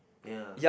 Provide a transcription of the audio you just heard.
ya